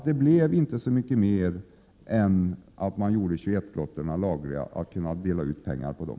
Det blev inte så mycket mer än att 21-lotterna gjordes lagliga, så att pengar kunde delas ut på dem.